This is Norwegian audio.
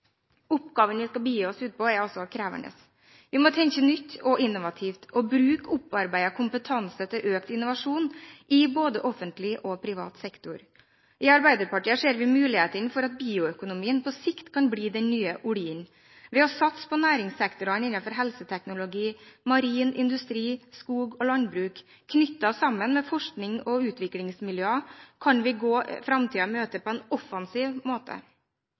Oppgaven vi skal begi oss ut på, er altså krevende. Vi må tenke nytt og innovativt, og vi må bruke opparbeidet kompetanse til økt innovasjon i både offentlig og privat sektor. I Arbeiderpartiet ser vi muligheten for at bioøkonomien på sikt kan bli den nye oljen. Ved å satse på næringssektorene innenfor helseteknologi, marin industri, skog og landbruk, knyttet sammen med forsknings- og utviklingsmiljøer, kan vi gå framtiden i møte på en offensiv måte.